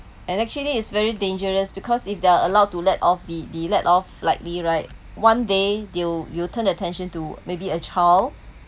and actually is very dangerous because if they're allowed to let off be be let off like lightly right one day they'll will turn attention to maybe a child